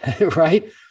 right